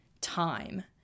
time